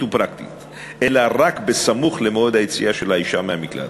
ופרקטית אלא רק סמוך למועד היציאה של האישה מהמקלט.